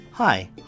Hi